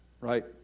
right